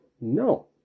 No